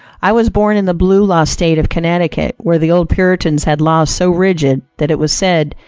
i was born in the blue-law state of connecticut, where the old puritans had laws so rigid that it was said,